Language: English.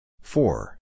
Four